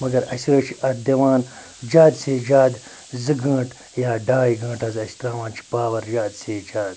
مگر اَسہِ حظ چھِ اَتھ دِوان زیادٕ سے جادٕ زٕ گٲنٛٹہٕ یا ڈاے گٲنٛٹہٕ حظ اَسہِ ترٛاوان چھِ پاوَر زیادٕ سے زیادٕ